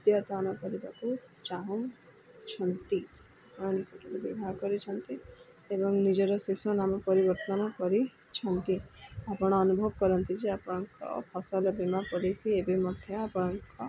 ଅଦ୍ୟତନ କରିବାକୁ ଚାହୁଁଛନ୍ତି ଆପଣ ବିବାହ କରିଛନ୍ତି ଏବଂ ନିଜର ଶେଷ ନାମ ପରିବର୍ତ୍ତନ କରିଛନ୍ତି ଆପଣ ଅନୁଭବ କରନ୍ତି ଯେ ଆପଣଙ୍କ ଫସଲ ବୀମା ପଲିସି ଏବେ ମଧ୍ୟ ଆପଣଙ୍କ